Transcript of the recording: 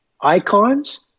icons